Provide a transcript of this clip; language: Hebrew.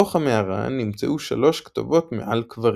בתוך המערה נמצאו שלוש כתובות מעל קברים.